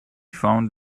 found